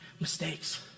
mistakes